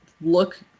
look